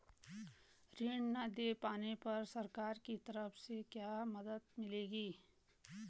ऋण न दें पाने पर सरकार की तरफ से क्या मदद मिलेगी?